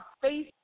face